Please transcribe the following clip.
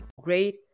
Great